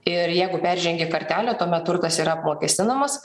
ir jeigu peržengė kartelę tuomet turtas yra apmokestinamas